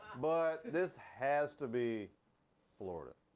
but this has to be florida.